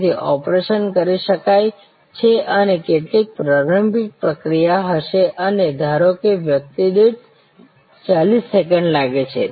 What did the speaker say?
તેથી ઓપરેશન કરી શકાય છે અને કેટલીક પ્રારંભિક પ્રક્રિયા હશે અને ધારો કે વ્યક્તિ દીઠ 40 સેકન્ડ લાગે છે